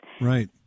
Right